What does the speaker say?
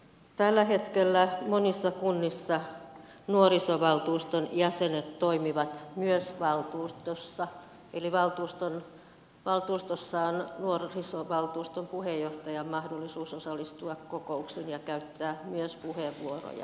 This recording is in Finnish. tällä hetkellä monissa kunnissa nuorisovaltuuston jäsenet toimivat myös valtuustossa eli valtuustossa on nuorisovaltuuston puheenjohtajalla mahdollisuus osallistua kokouksiin ja käyttää myös puheenvuoroja